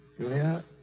Julia